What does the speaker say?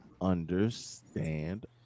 understand